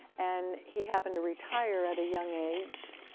and he happened to retire at a young age.